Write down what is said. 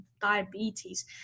diabetes